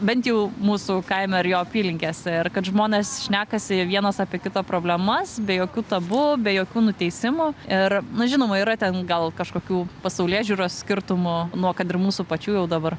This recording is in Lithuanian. bent jau mūsų kaime ir jo apylinkėse ir kad žmonės šnekasi vienas apie kito problemas be jokių tabu be jokių nuteisimų ir nu žinoma yra ten gal kažkokių pasaulėžiūros skirtumų nuo kad ir mūsų pačių jau dabar